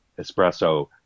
espresso